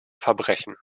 verbrechen